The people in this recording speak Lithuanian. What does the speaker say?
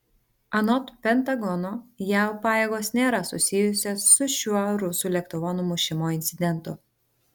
anot pentagono jav pajėgos nėra susijusios su šiuo rusų lėktuvo numušimo incidentu